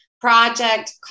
project